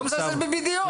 אני לא מזלזל ב-BDO.